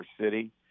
city